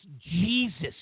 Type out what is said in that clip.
Jesus